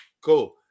Cool